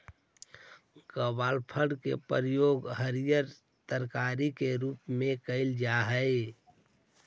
ग्वारफल के प्रयोग हरियर तरकारी के रूप में कयल जा हई